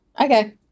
Okay